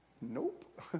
nope